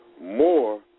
more